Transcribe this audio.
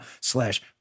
slash